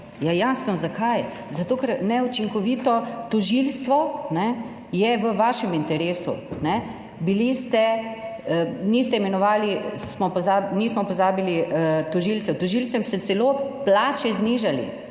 Ja, jasno, zakaj. Zato ker neučinkovito tožilstvo je v vašem interesu. Bili ste, niste imenovali, nismo pozabili, tožilcev, tožilcem ste celo plače znižali,